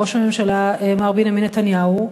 ראש הממשלה מר בנימין נתניהו,